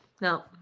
No